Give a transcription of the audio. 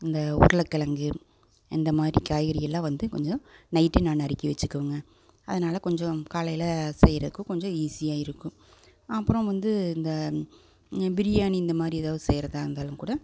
இந்த உருளைக்கெழங்கு இந்த மாதிரி காய்கறிக எல்லாம் வந்து கொஞ்சம் நைட்டே நான் நறுக்கி வச்சுக்குவங்க அதனால் கொஞ்சம் காலையில செய்யறக்கு கொஞ்சம் ஈஸியாக இருக்கும் அப்புறம் வந்து இந்த பிரியாணி இந்த மாதிரி ஏதாவது செய்றதாக இருந்தாலும் கூட